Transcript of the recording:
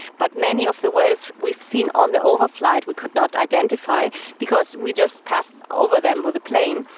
but many of the whales we've seen on the overflight we could not identify because we just passed over them with a plane,